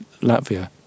latvia